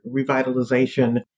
revitalization